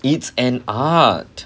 it's an art